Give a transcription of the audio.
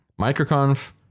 MicroConf